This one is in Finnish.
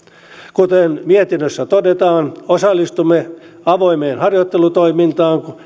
kuten mietinnössä todetaan osallistumme avoimeen harjoittelutoimintaan